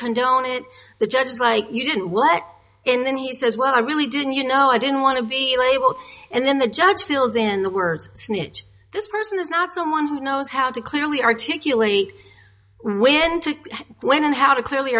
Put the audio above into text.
condone it the judge is like you did what in then he says well i really didn't you know i didn't want to be labeled and then the judge feels in the words snitch this person is not someone who knows how to clearly articulate when to when and how to clearly